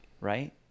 right